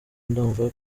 ndumva